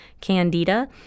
Candida